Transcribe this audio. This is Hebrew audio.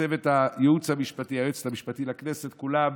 צוות הייעוץ המשפטי, היועצת המשפטי לכנסת וכולם